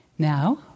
Now